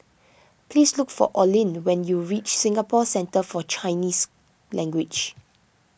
please look for Oline when you reach Singapore Centre for Chinese Language